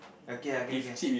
okay ah can can